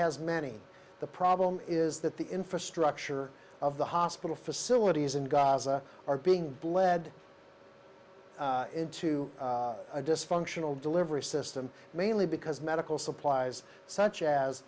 has many the problem is that the infrastructure of the hospital facilities in gaza are being bled into a dysfunctional delivery system mainly because medical supplies such as